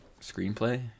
screenplay